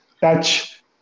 touch